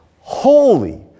holy